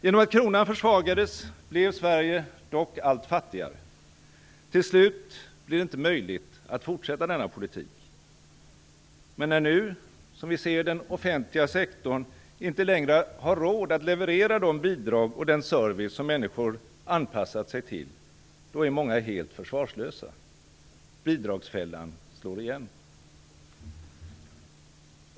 Genom att kronan försvagades blev Sverige dock allt fattigare. Till slut blev det inte möjligt att fortsätta denna politik. Men när nu den offentliga sektorn inte längre har råd att leverera de bidrag och den service som människor anpassat sig till, är många helt försvarslösa. Bidragsfällan slår igen.